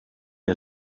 had